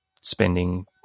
spending